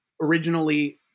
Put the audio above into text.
originally